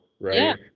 right